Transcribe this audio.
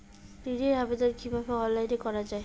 ঋনের আবেদন কিভাবে অনলাইনে করা যায়?